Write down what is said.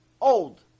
old